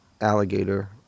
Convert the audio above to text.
alligator